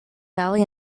valley